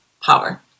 Power